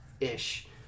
Ish